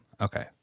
Okay